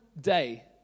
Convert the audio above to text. day